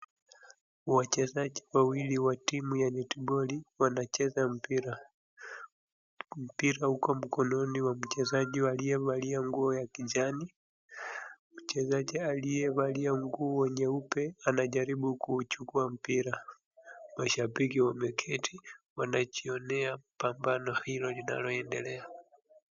Wachezaji wawili wa timu ya netiboli wanacheza mpira. Mpira uko mkononi wa mchezaji aliyevalia nguo ya kijani. Mchezaji aliyevalia nguo nyeupe anajaribu kuuchukua mpira. Mashabiki wameketi wanajionea pambano hilo linaloendelea.